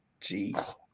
Jeez